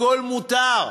הכול מותר.